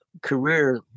career